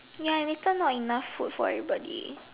ya later not enough food for everybody